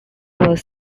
was